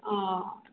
ஆ